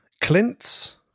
Clint's